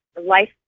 life